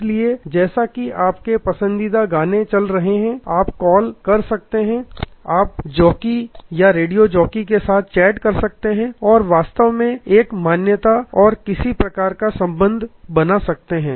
इसलिए जैसा कि आपके पसंदीदा गाने चल रहे हैं आप कॉल कर सकते हैं आप जॉकी रेडियो जॉकी के साथ चैट कर सकते हैं और आप वास्तव में एक मान्यता और किसी प्रकार का संबंध बना सकते हैं